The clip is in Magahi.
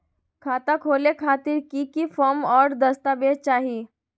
खाता खोले खातिर की की फॉर्म और दस्तावेज चाही?